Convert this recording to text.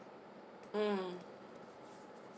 mm